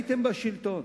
הייתם בשלטון